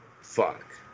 fuck